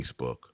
Facebook